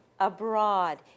abroad